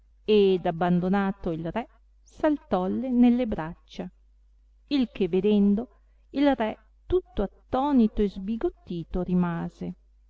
ed abbandonato il re saltolle nellebraccia il che vedendo il re tutto attonito e sbigottito rimase